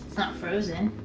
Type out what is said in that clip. frozen.